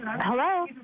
Hello